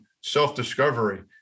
self-discovery